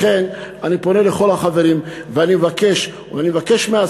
לכן, אני פונה לכל החברים ואני מבקש מהשר.